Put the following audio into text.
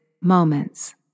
moments